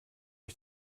ich